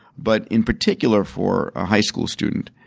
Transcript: but, in particular for a high school student,